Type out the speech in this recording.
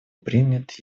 принят